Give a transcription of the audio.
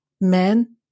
men